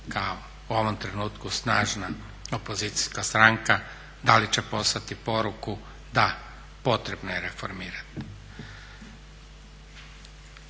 kao u ovom trenutku snažna opozicijska stranka da li će poslati poruku, da, potrebno je reformirati.